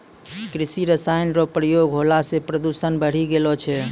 कृषि रसायन रो प्रयोग होला से प्रदूषण बढ़ी गेलो छै